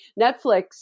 Netflix